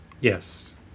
Yes